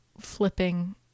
flipping